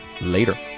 Later